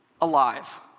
alive